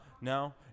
No